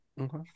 Okay